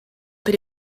elle